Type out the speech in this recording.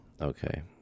Okay